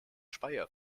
speyer